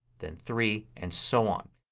then three, and so on.